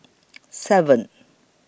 seven